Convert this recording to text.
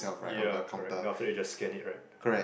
ya correct then after that you just scan it right